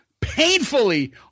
painfully